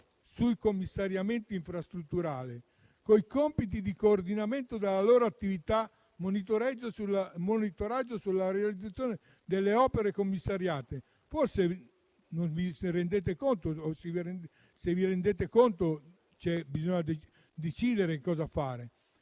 sui commissariamenti infrastrutturali, con i compiti di coordinamento della loro attività e monitoraggio sulla realizzazione delle opere commissariate, forse non vi rendete conto che bisogna decidere cosa fare,